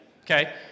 Okay